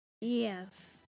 Yes